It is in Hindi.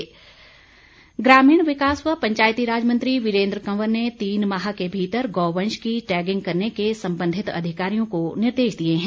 वीरेन्द्र कंवर ग्रामीण विकास व पंचायतीराज मंत्री वीरेन्द्र कंवर ने तीन माह के भीतर गौवंश की टैगिंग करने के संबंधित अधिकारियों को निर्देश दिए हैं